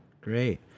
Great